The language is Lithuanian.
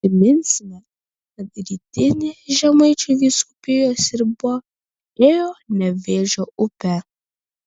priminsime kad rytinė žemaičių vyskupijos riba ėjo nevėžio upe